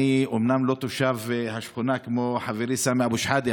אני אומנם לא תושב השכונה כמו חברי סמי אבו שחאדה,